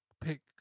pick